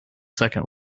second